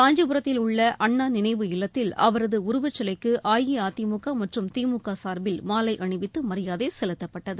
காஞ்சிபுரத்தில் உள்ள அண்ணா நினைவு இல்லத்தில் அவரது உருவச்சிலைக்கு அஇஅதிமுக மற்றும் திமுக சார்பில் மாலை அணிவித்து மரியாதை செலுத்தப்பட்டது